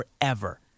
forever